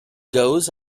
goes